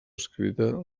escrita